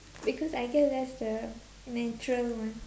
because I guess that's the natural one